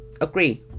agree